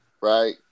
right